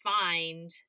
find